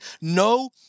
no